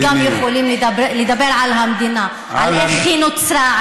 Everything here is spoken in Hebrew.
אנחנו גם יכולים לדבר על המדינה על איך היא נוצרה,